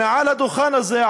מעל השולחן הזה,